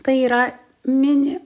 tai yra mini